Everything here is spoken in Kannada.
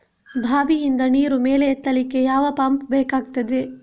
ಬಾವಿಯಿಂದ ನೀರು ಮೇಲೆ ಎತ್ತಲಿಕ್ಕೆ ಯಾವ ಪಂಪ್ ಬೇಕಗ್ತಾದೆ?